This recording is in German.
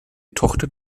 tochter